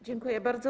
Dziękuję bardzo.